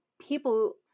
people